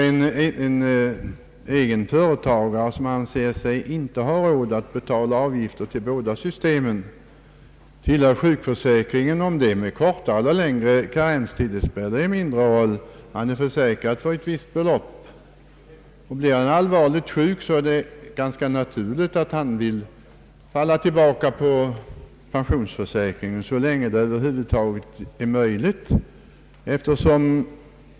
En egen företagare som inte anser sig ha råd att betala avgift till båda systemen är ändå alltid obligatoriskt sjukförsäkrad för grundsjukpenning. Om karenstiden är kortare eller längre spelar då mindre roll. Blir han allvarligt sjuk och är försäkrad för tilläggssjukpenning är det naturligt att han vill anlita sjukförsäkringen så länge som det över huvud taget är möjligt.